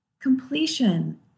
Completion